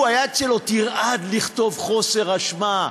היד שלו תרעד לכתוב: חוסר אשמה.